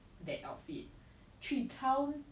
but it's still like privilege you know like